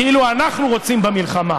כאילו אנחנו רוצים במלחמה,